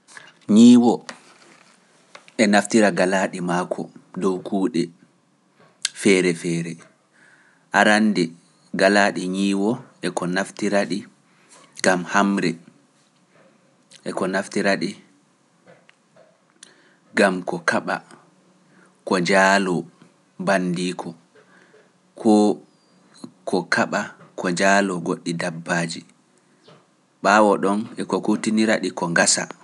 Nyiwo e naftira galaaji maako dow kuuɗe feere feere, arande galaaji nyiwo e ko naftira ɗi, gam hamre e ko naftira ɗi, gam ko kaɓa, ko jaalo banndiiko, ko kaɓa ko jaalo goɗɗi dabbaji, ɓaawo ɗon e ko kutinira ɗi ko gasa.